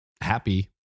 happy